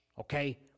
Okay